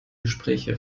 gespräche